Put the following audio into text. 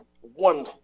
one